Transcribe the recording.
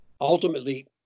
Ultimately